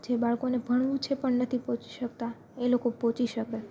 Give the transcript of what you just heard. જે બાળકોને ભણવું છે પણ નથી પહોંચી શકતા એ લોકો પહોંચી શકે